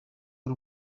ari